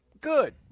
good